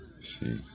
See